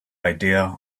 idea